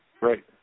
Right